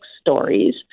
stories